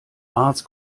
mars